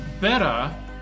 better